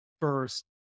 first